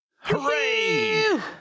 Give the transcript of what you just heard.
Hooray